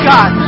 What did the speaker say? God